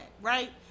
right